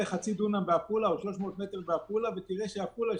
חצי דונם או 300 מטר בעפולה ותראה שבעפולה,